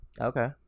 Okay